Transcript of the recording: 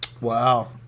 Wow